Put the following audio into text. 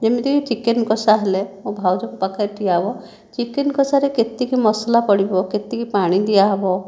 ଯେମିତିକି ଚିକେନ୍ କଷା ହେଲେ ମୋ' ଭାଉଜ ପାଖରେ ଠିଆ ହେବ ଚିକେନ୍ କଷାରେ କେତିକି ମସଲା ପଡ଼ିବ କେତିକି ପାଣି ଦିଆହବ